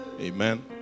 Amen